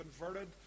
converted